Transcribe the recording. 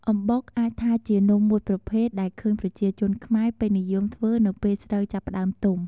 អំបុក អាចថាជានំមួយប្រភេទដែលឃើញប្រជាជនខ្មែរពេញនិយមធ្វើរនៅពេលស្រូវចាប់ផ្ដើមទុំ។